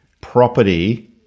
property